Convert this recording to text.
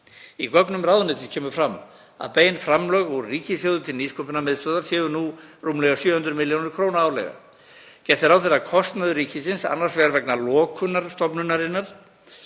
Í gögnum ráðuneytisins kemur fram að bein framlög úr ríkissjóði til Nýsköpunarmiðstöðvar séu nú rúmlega 700 millj. kr. árlega. Gert er ráð fyrir að kostnaður ríkisins annars vegar vegna lokunar stofnunarinnar